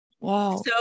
Wow